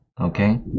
Okay